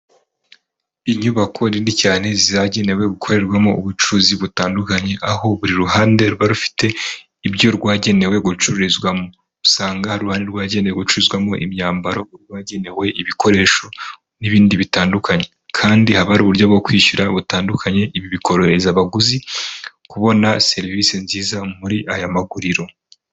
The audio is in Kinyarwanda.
Inyubako nini cyane zagenewe gukorerwamo ubucuruzi butandukanye, aho buri ruhande ruba rufite ibyo rwagenewe gucururizwamo, usanga hari uruhande rwagenewe gucururizwamo imyambaro, urwagenewe ibikoresho n'ibindi bitandukanye kandi haba hari uburyo bwo kwishyura butandukanye, ibi bikorohereza abaguzi kubona serivisi nziza muri aya maguriro